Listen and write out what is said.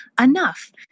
enough